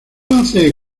hace